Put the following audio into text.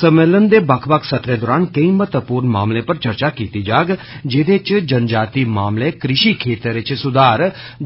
सम्मेलन दे बक्ख बक्ख सत्रे दौरान केंई महत्वपूर्ण मामलें पर चर्चा किती जाग जेहदे च जन जातिय मामले कृषि खेतर च स्धार